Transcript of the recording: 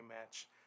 match